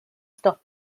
stop